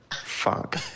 fuck